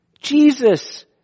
Jesus